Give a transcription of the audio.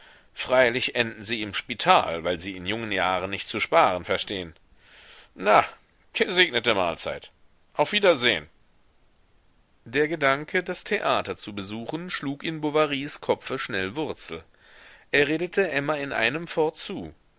freilich enden sie im spittel weil sie in jungen jahren nicht zu sparen verstehen na gesegnete mahlzeit auf wiedersehn der gedanke das theater zu besuchen schlug in bovarys kopfe schnell wurzel er redete emma in einem fort zu